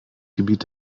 gebiet